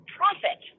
profit